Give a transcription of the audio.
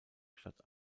statt